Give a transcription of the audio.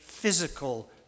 physical